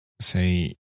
say